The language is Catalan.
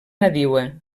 nadiua